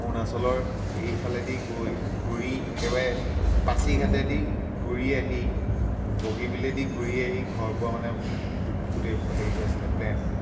অৰুণাচলৰ এইফালেদি গৈ ঘূৰি একেবাৰে পাছিঘাটেদি ঘূৰি আহি বগীবিলেদি ঘূৰি আহি ঘৰ পোৱা মানে গোটেই হেৰিটো আছিলে প্লেনটো